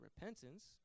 repentance